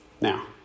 Now